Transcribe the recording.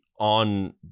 On